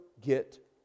get